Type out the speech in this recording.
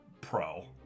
pro